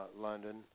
London